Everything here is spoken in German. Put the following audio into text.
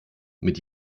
mit